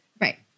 Right